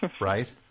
right